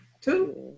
Two